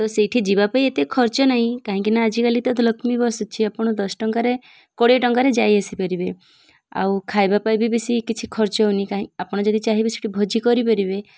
ତ ସେଇଠି ଯିବା ପାଇଁ ଏତେ ଖର୍ଚ୍ଚ ନାହିଁ କାହିଁକିନା ଆଜିକାଲି ତ ଲକ୍ଷ୍ମୀ ବସ୍ ଅଛି ଆପଣ ଦଶ ଟଙ୍କାରେ କୋଡ଼ିଏ ଟଙ୍କାରେ ଯାଇ ଆସିପାରିବେ ଆଉ ଖାଇବା ପାଇଁ ବି ବେଶୀ କିଛି ଖର୍ଚ୍ଚ ହଉନି କାଇହିଁ ଆପଣ ଯଦି ଚାହିଁବେ ସେଇଠି ଭୋଜି କରିପାରିବେ